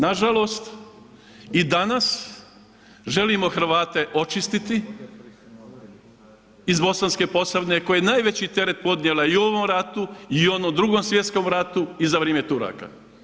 Nažalost, i danas želimo Hrvate očistiti iz Bosanske Posavine koja je najveći teret podnijela i u ovom ratu i u onom Drugom svjetskom ratu i za vrijeme Turaka.